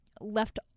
left